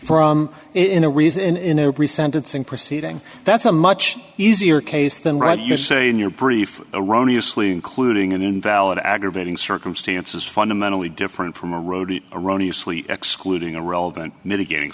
from in a reason in a pre sentencing proceeding that's a much easier case than right you say in your brief erroneous lee including an invalid aggravating circumstances fundamentally different from a road to erroneous we excluding a relevant mitigating